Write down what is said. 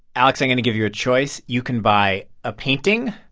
alex, i'm going to give you a choice. you can buy a painting,